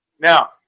Now